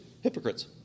Hypocrites